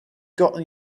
gotten